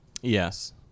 yes